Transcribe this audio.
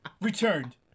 returned